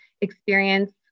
experience